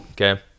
Okay